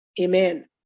Amen